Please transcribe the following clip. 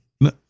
No